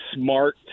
smart